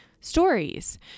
stories